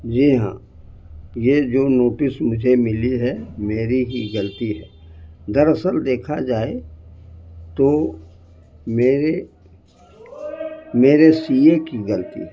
جی ہاں یہ جو نوٹس مجھے ملی ہے میری ہی غلطی ہے دراصل دیکھا جائے تو میرے میرے سی اے کی غلطی ہے